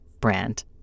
brand